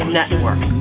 Network